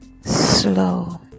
slow